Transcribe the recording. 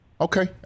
Okay